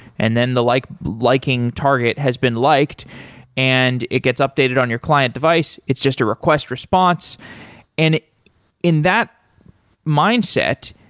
and then the like liking target has been liked and it gets updated on your client device, it's just a request response and in that mindset,